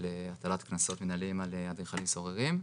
הטלת קנסות מינהליים על אדריכלים סוררים,